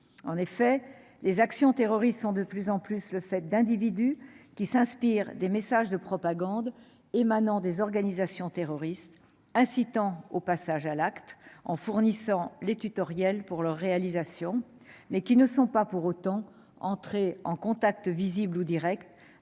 En effet, les actions terroristes sont de plus en plus le fait d'individus qui s'inspirent de messages de propagande émanant des organisations terroristes, incitant au passage à l'acte ou fournissant les tutoriels pour leur réalisation, mais qui ne sont pas pour autant entrés en contact visible ou direct